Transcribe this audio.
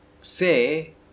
Say